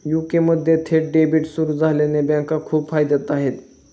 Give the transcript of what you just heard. UK मध्ये थेट debit सुरू झाल्याने बँका खूप फायद्यात आहे